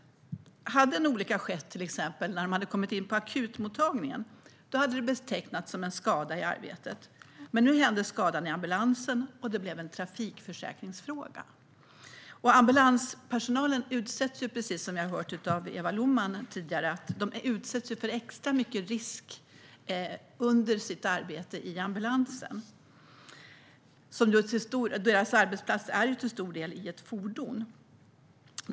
Hade en olycka skett till exempel inne på akutmottagningen hade det betecknats som en skada i arbetet. Men eftersom skadan hände i ambulansen blev det en trafikförsäkringsfråga. Ambulanspersonalen utsätts, precis som vi hörde av Eva Lohman, för extra stor risk under sitt arbete i ambulansen eftersom deras arbetsplats till stor del är ett fordon.